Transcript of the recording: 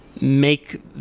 Make